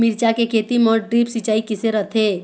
मिरचा के खेती म ड्रिप सिचाई किसे रथे?